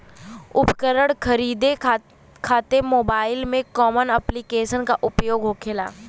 उपकरण खरीदे खाते मोबाइल में कौन ऐप्लिकेशन का उपयोग होखेला?